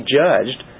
judged